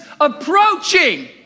approaching